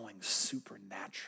supernatural